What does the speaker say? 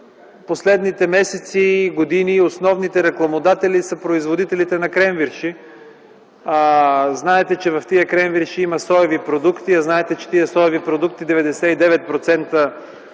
последните месеци и години основните рекламодатели са производителите на кренвирши. Знаете, че в тия кренвирши има соеви продукти, а знаете, че тия соеви продукти 99%